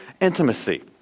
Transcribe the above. intimacy